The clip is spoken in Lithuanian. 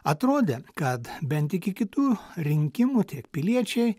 atrodė kad bent iki kitų rinkimų tiek piliečiai